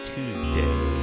Tuesday